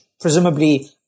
presumably